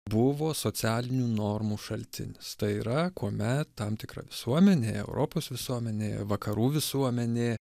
buvo socialinių normų šaltinis tai yra kuomet tam tikra visuomenė europos visuomenė vakarų visuomenė